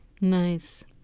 Nice